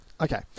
Okay